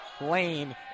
lane